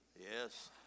yes